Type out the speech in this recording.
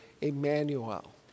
Emmanuel